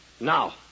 Now